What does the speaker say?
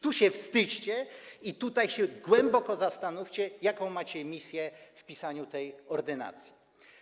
Tu się wstydźcie i się głęboko zastanówcie, jaką macie misję przy pisaniu tej ordynacji.